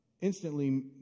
instantly